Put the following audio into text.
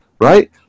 right